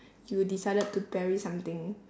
you decided to bury something